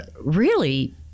really-